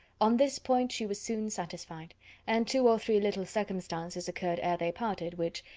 on this point she was soon satisfied and two or three little circumstances occurred ere they parted, which,